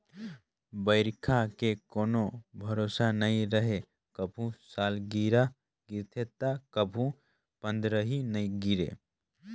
बइरखा के कोनो भरोसा नइ रहें, कभू सालगिरह गिरथे त कभू पंदरही नइ गिरे